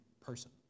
person